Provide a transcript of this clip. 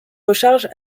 recharge